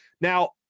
Now